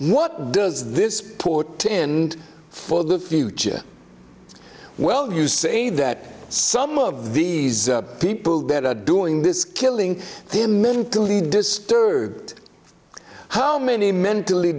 what does this portend for the future well you say that some of these people that are doing this killing the mentally disturbed how many mentally